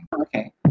Okay